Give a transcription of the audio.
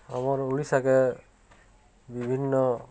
ଆମର୍ ଓଡ଼ିଶାକେ ବିଭିନ୍ନ